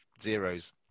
zeros